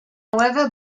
however